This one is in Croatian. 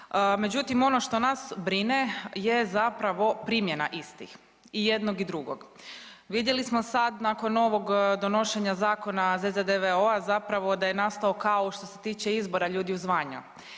Međutim, ono što nas brine je zapravo primjena istih i jednog i drugog. Vidjeli smo sad nakon ovog donošenja Zakona ZZDVO-a zapravo da je nastao kaos što se tiče izbora ljudi u zvanja.